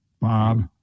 Bob